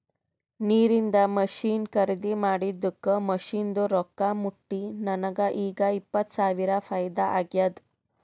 ನೀರಿಂದ್ ಮಷಿನ್ ಖರ್ದಿ ಮಾಡಿದ್ದುಕ್ ಮಷಿನ್ದು ರೊಕ್ಕಾ ಮುಟ್ಟಿ ನನಗ ಈಗ್ ಇಪ್ಪತ್ ಸಾವಿರ ಫೈದಾ ಆಗ್ಯಾದ್